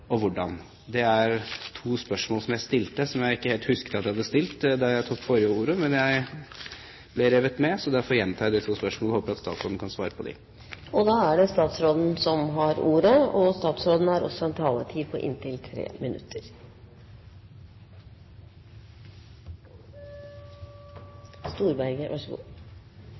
og hvordan? Det er to spørsmål som jeg stilte, som jeg ikke helt husket at jeg hadde stilt da jeg tok ordet forrige gang – jeg ble revet med. Derfor gjentar jeg de to spørsmålene, og håper at statsråden kan svare på dem. Når det gjelder statistikken på området og